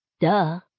Duh